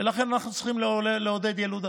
ולכן אנחנו צריכים לעודד ילודה.